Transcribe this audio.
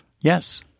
Yes